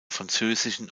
französischen